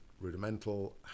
rudimental